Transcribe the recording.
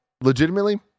Legitimately